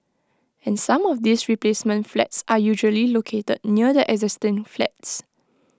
and some of these replacement flats are usually located near the existing flats